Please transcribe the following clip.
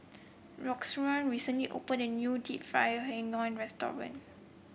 Roxane recently open a new deep fried hiang restaurant